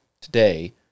today